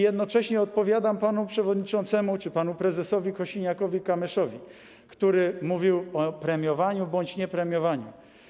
Jednocześnie odpowiadam panu przewodniczącemu czy panu prezesowi Kosiniakowi-Kamyszowi, który mówił o premiowaniu bądź niepremiowaniu.